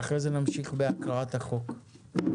ואחרי זה נמשיך בהקראת החוק.